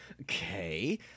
Okay